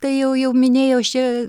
tai jau jau minėjau aš čia